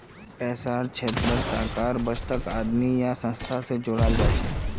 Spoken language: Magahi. पैसार क्षेत्रत टाकार बचतक आदमी या संस्था स जोड़ाल जाछेक